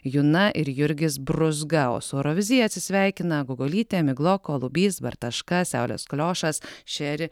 juna ir jurgis brūzga o su eurovizija atsisveikina gogolytė migloko lubys bartaška saulės kliošas cheri